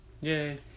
Yay